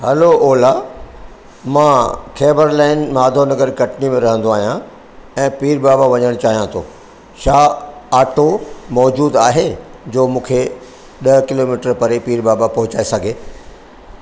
hello Ola मां Khebar line Madhav Nagar Katni में रहंदो आहियां ऐं पीर बाबा वञणु चाहियां थो छा आटो मौजूद आहे जो मूंखे ॾह किलोमीटर परे पीर बाबा पहुचाए सघे